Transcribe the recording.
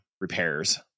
repairs